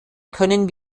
können